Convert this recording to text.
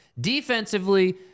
Defensively